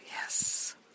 Yes